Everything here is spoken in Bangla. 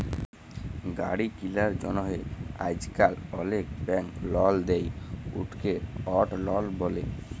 গাড়ি কিলার জ্যনহে আইজকাল অলেক ব্যাংক লল দেই, উটকে অট লল ব্যলে